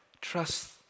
trust